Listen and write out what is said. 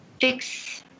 fix